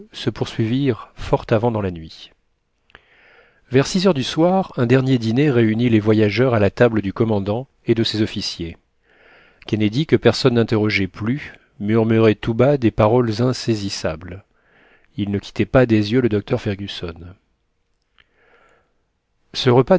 se poursuivirent fort avant dans la nuit vers six heures du soir un dernier dîner réunit les voyageurs à la table du commandant et de ses officiers kennedy que personne n'interrogeait plus murmurait tout bas des paroles insaisissables il ne quittait pas des yeux le docteur fergusson ce repas